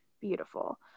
beautiful